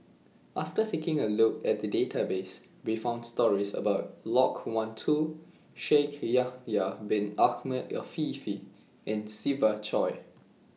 after taking A Look At The Database We found stories about Loke Wan Tho Shaikh Yahya Bin Ahmed Afifi and Siva Choy